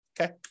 okay